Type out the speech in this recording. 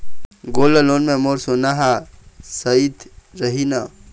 Gold loan मे मोर सोना हा सइत रही न?